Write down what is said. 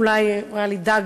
אולי היה לי דג,